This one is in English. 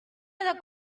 other